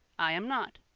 i am not.